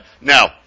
Now